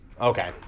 Okay